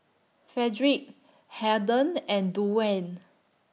Frederick Harden and Duwayne